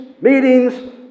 meetings